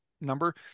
number